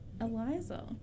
Eliza